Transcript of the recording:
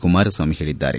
ಕುಮಾರಸ್ವಾಮಿ ಹೇಳಿದ್ದಾರೆ